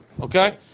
Okay